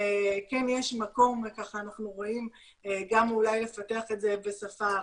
וכן יש מקום אולי גם לפתח את זה בשפה הערבית,